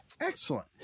excellent